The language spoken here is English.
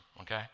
okay